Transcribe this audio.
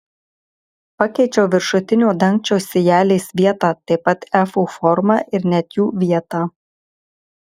pakeičiau viršutinio dangčio sijelės vietą taip pat efų formą ir net jų vietą